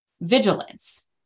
vigilance